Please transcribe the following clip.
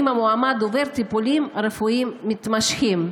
אם המועמד עובר טיפולים רפואיים מתמשכים.